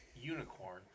unicorn